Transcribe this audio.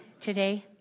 today